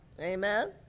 Amen